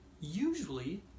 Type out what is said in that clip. usually